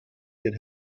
get